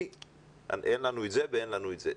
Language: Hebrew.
כי אין לנו את זה ואין לנו את זה.